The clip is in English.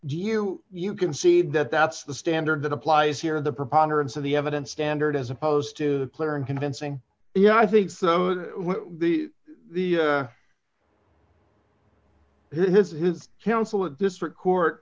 do you you concede that that's the standard that applies here the preponderance of the evidence standard as opposed to the clear and convincing yeah i think so the the his his counsel and district court